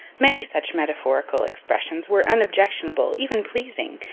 many such metaphorical expressions were unobjectionable, even pleasing,